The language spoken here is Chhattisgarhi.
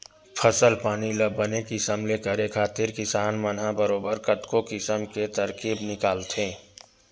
फसल पानी ल बने किसम ले करे खातिर किसान मन ह बरोबर कतको किसम के तरकीब निकालथे